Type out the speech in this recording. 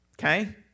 okay